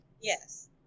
Yes